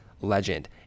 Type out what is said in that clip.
legend